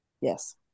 Yes